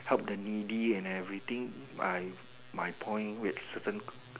help the needy and everything my my point which certain